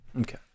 okay